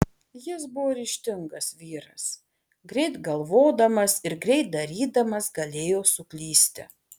jis buvo ryžtingas vyras greit galvodamas ir greit darydamas galėjo suklysti